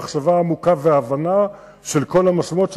הכול במחשבה עמוקה ובהבנה של כל המשמעויות,